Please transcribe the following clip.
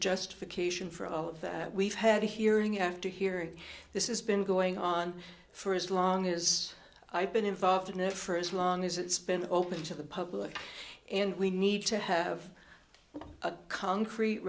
justification for all of that we've had hearing after hearing this is been going on for as long as i've been involved in it for as long as it's been open to the public and we need to have a concrete